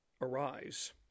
arise